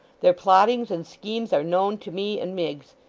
their plottings and schemes are known to me and miggs.